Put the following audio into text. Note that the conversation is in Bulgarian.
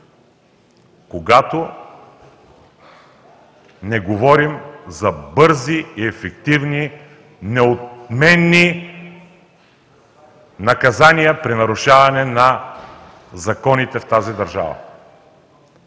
когато не говорим за бързи и ефективни неотменни наказания при нарушаване на законите в тази държава.